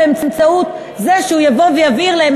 באמצעות זה שהוא יבוא ויבהיר להם,